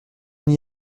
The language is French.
n’y